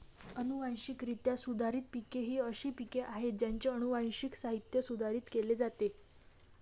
अनुवांशिकरित्या सुधारित पिके ही अशी पिके आहेत ज्यांचे अनुवांशिक साहित्य सुधारित केले जाते